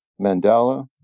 Mandela